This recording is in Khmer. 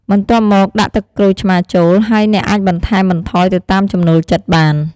បន្ទាប់មកដាក់ទឹកក្រូចឆ្មាចូល ហើយអ្នកអាចបន្ថែមបន្ថយទៅតាមចំណូលចិត្តបាន។